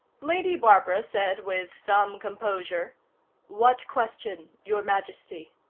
lady barbara said, with some composure what question your majesty?